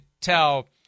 tell